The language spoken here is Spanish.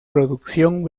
producción